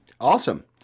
Awesome